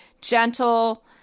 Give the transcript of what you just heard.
gentle